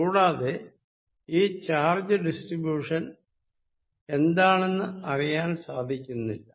കൂടാതെ ഈ charge distribution എന്താണെന്ന് അറിയാൻ സാധിക്കുന്നില്ല